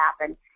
happen